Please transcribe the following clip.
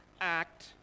act